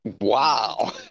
Wow